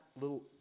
little